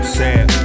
sad